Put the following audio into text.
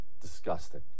Disgusting